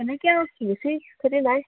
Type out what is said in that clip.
এনেকে আৰু বেছি খেতি নাই